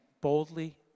boldly